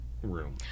Room